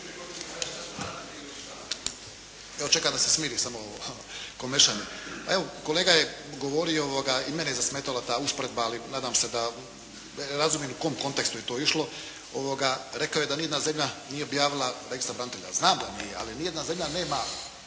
evo čekam da se smiri samo ovo komešanje. Evo, kolega je govorio i mene je zasmetala ta usporedba ali nadam se da razumim u kom kontekstu je to išlo. Rekao je da ni jedna zemlja nije objavila registar branitelja. Znam da nije. Ali ni jedna zemlja nema